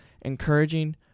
encouraging